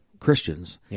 christians